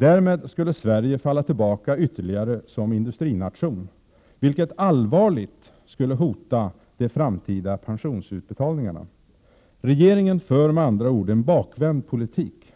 Därmed skulle Sverige falla tillbaka ytterligare som industrination, vilket allvarligt skulle hota de framtida pensionsutbetalningarna. Regeringen för med andra ord en bakvänd politik.